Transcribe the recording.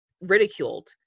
ridiculed